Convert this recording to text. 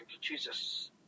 Jesus